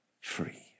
free